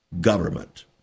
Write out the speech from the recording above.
government